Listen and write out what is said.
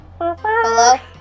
Hello